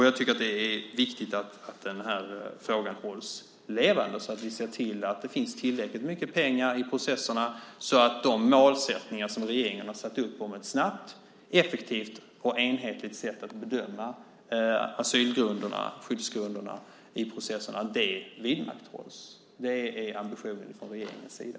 Jag tycker att det är viktigt att denna fråga hålls levande, så att vi ser till att det finns tillräckligt mycket pengar i processerna och så att de målsättningar som regeringen har om ett snabbt, effektivt och enhetligt sätt att bedöma asylgrunderna, skyddsgrunderna, i processen vidmakthålls. Det är ambitionen från regeringens sida.